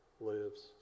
lives